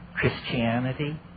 Christianity